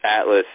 Atlas